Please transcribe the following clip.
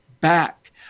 back